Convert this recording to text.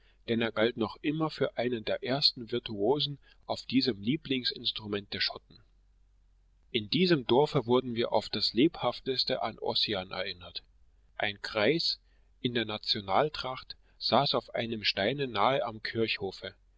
denn er galt noch immer für einen der ersten virtuosen auf diesem lieblingsinstrument der schotten in diesem dorfe wurden wir auf das lebhafteste an ossian erinnert ein greis in der nationaltracht saß auf einem steine nahe am kirchhofe